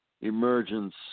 emergence